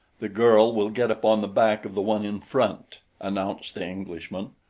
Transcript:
the girl will get upon the back of the one in front, announced the englishman.